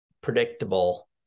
predictable